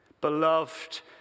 Beloved